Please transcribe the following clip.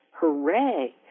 Hooray